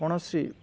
କୌଣସି